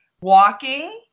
Walking